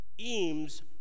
Eames